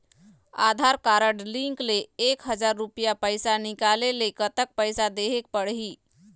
आधार card link ले एक हजार रुपया पैसा निकाले ले कतक पैसा देहेक पड़ही?